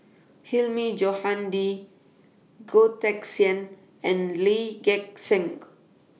Hilmi Johandi Goh Teck Sian and Lee Gek Seng